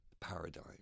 paradigm